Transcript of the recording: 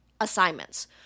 assignments